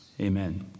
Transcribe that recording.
Amen